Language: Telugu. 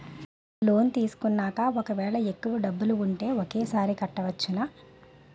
లోన్ తీసుకున్నాక ఒకవేళ ఎక్కువ డబ్బులు ఉంటే ఒకేసారి కట్టవచ్చున?